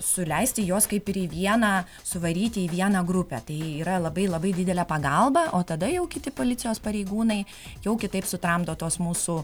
suleisti juos kaip ir į vieną suvaryti į vieną grupę tai yra labai labai didelė pagalba o tada jau kiti policijos pareigūnai jau kitaip sutramdo tuos mūsų